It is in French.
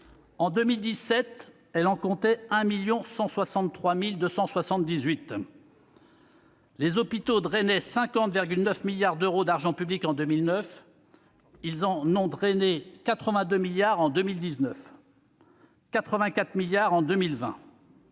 en 2017, elle en comportait 1 163 278. Les hôpitaux drainaient 50,9 milliards d'euros d'argent public en 2009 ; ils ont drainé 82 milliards d'euros en 2019